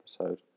episode